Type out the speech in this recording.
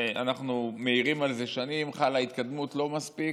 אנחנו מעירים על זה שנים, חלה התקדמות, לא מספיקה,